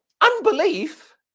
unbelief